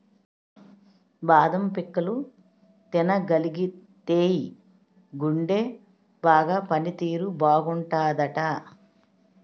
బాదం పిక్కలు తినగలిగితేయ్ గుండె బాగా పని తీరు బాగుంటాదట